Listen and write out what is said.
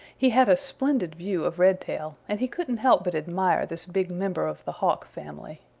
he had a splendid view of redtail, and he couldn't help but admire this big member of the hawk family.